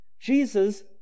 Jesus